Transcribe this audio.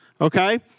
Okay